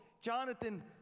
Jonathan